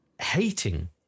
hating